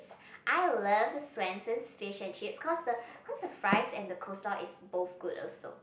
I love Swensen's fish and chips cause the cause the fries and the coleslaw is both good also